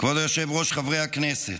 כבוד היושב-ראש, חברי הכנסת,